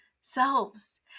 selves